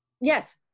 Yes